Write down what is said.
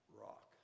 rock